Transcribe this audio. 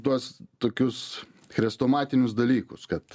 tuos tokius chrestomatinius dalykus kad